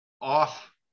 off